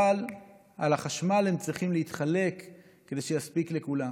אבל בחשמל הן צריכות להתחלק כדי שיספיק לכולם.